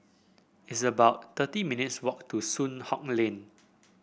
it's about thirty minutes' walk to Soon Hock Lane